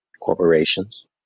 Corporations